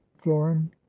florin